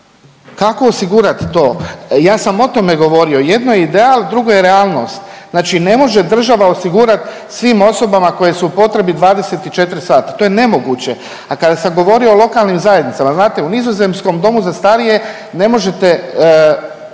kako osigurati to? Ja sam o tome govorio, jedno je ideal, drugo je realnost, znači ne može država osigurat svim osobama koje su u potrebi 24 sata, to je nemoguće. A kada sam govorio o lokalnim zajednicama, znate u nizozemskom domu za starije ne možete